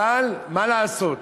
אבל מה לעשות,